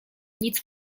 nic